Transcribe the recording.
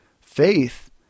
faith